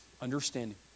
understanding